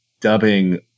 dubbing